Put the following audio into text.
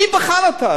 מי בחן אותה?